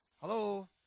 Hello